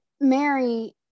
Mary